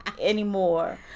Anymore